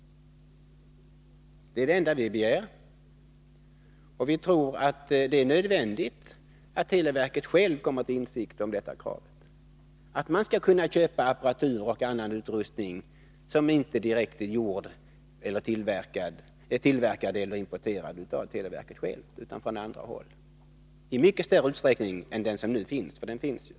Det är det enda vi begär. Vi tror att det är nödvändigt att televerket självt kommer till insikt om vikten av att man i mycket större utsträckning än f. n. kan köpa apparatur och annan utrustning från annat håll än från televerket, utrustning som alltså inte är tillverkad av eller importerad av televerket självt.